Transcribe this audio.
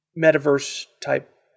metaverse-type